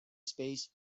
space